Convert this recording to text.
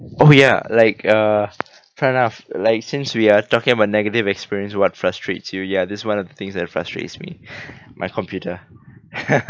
oh ya like uh pranav like since we are talking about negative experience what frustrates you ya this one of the things that frustrates me my computer